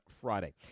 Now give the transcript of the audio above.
Friday